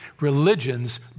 Religions